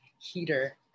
heater